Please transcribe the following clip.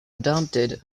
adopted